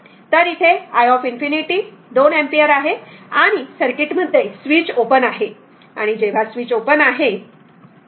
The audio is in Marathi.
तर येथे i ∞ 2 अँपिअर आहे आणि सर्किट मध्ये स्विच ओपन आहे आणि जेव्हा स्विच ओपन आहे